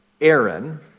Aaron